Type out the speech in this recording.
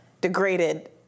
degraded